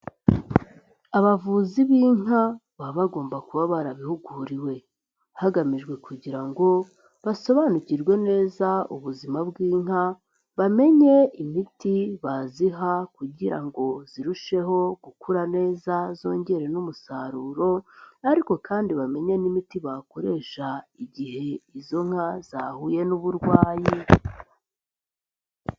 Abavuzi b'inka baba bagomba kuba barabihuguriwe hagamijwe kugira ngo basobanukirwe neza ubuzima bw'inka bamenye imiti baziha kugira ngo zirusheho gukura neza zongere n'umusaruro ariko kandi bamenye n'imiti bakoresha igihe izo nka zahuye n'uburwayi.